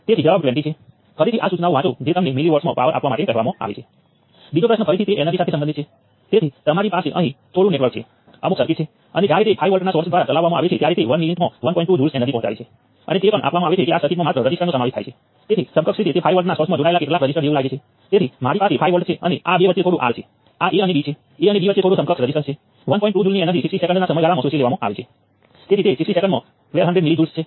તેથી આ parallel combination તમને કહે છે કે જ્યાં તમારી પાસે પહેલા G11 હતો હવે તમારી પાસે G11 વત્તા Ga હોવો જોઈએ અને તે જ થાય છે અને તે ડાયગોનલ એલિમેન્ટ ચોક્કસ નોડ સાથે જોડાયેલ કુલ કન્ડકટન્સનો સરવાળો પણ છે